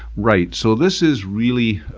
right, so this is really.